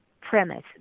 premise